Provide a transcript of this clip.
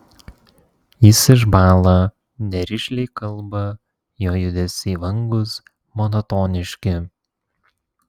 jis išbąla nerišliai kalba jo judesiai vangūs monotoniški